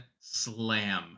slam